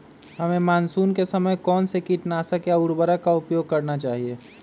हमें मानसून के समय कौन से किटनाशक या उर्वरक का उपयोग करना चाहिए?